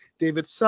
David